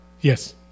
Yes